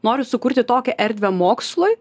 noriu sukurti tokią erdvę mokslui